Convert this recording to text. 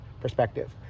perspective